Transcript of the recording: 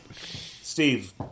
Steve